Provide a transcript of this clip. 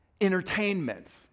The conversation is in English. Entertainment